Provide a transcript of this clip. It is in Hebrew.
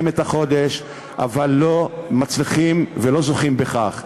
את החודש אבל לא מצליחים ולא זוכים לכך,